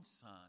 son